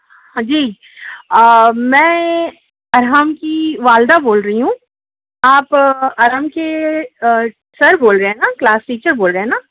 ہاں جی میں ارحم کی والدہ بول رہی ہوں آپ ارحم کے سر بول رہے ہیں نا کلاس ٹیچر بول رہے ہیں نا